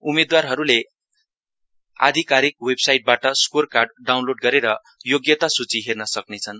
उम्मेदवारहरूले आधिकारिक वेबसाईटबाट स्कोर कार्ड डाउण्लोड गरेर योग्यता सूचि हेर्न सक्नेछन्